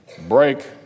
break